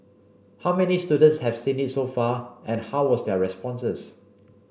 how many students have seen it so far and how was their responses